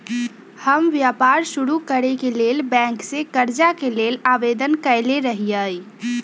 हम व्यापार शुरू करेके लेल बैंक से करजा के लेल आवेदन कयले रहिये